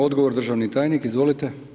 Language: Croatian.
Odgovor državni tajnik, izvolite.